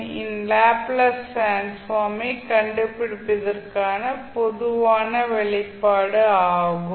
இன் Laplace transform ஐ கண்டுபிடிப்பதற்கான பொதுவான வெளிப்பாடு ஆகும்